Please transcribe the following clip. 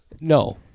No